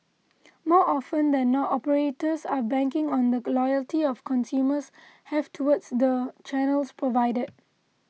more often than not operators are banking on the loyalty of consumers have towards the channels provided